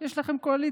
יש לכם קואליציה.